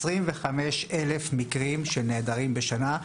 עשרים וחמש אלף מקרים של נעדרים בשנה,